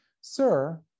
Sir